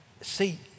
See